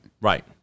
Right